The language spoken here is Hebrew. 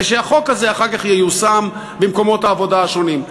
ושהחוק הזה אחר כך ייושם במקומות העבודה השונים.